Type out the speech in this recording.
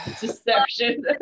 deception